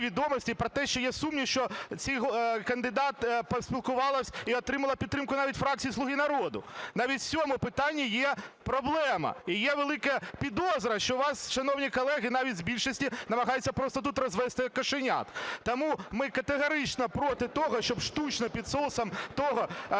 відомості про те, що є сумнів, що ця кандидатка поспілкувалась і отримала підтримку навіть у фракції "Слуги народу". Навіть в цьому питанні є проблема, і є велика підозра, що вас, шановні колеги, навіть з більшості, намагаються просто тут розвести, як кошенят. Тому ми категорично проти того, щоб штучно, під соусом того,